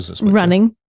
running